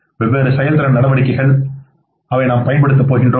வெவ்வேறு செயல்திறன் நடவடிக்கைகள் அவை நாம் பயன்படுத்தப் போகிறோம்